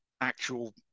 actual